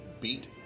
beat